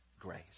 grace